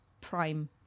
prime